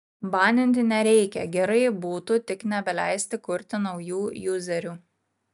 baninti nereikia gerai būtų tik nebeleisti kurti naujų juzerių